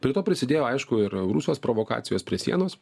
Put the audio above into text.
prie to prisidėjo aišku ir rusijos provokacijos prie sienos